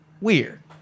weird